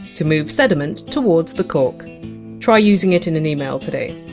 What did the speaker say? to move sediment towards the cork try using it in an email today